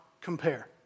compare